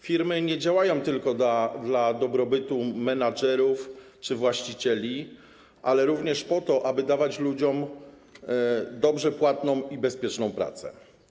Firmy nie działają tylko dla dobrobytu menedżerów czy właścicieli, ale również po to, aby dawać ludziom dobrze płatną i bezpieczną pracę.